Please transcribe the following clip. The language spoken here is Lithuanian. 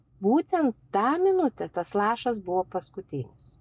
būtent tą minutę tas lašas buvo paskutinis